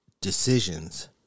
decisions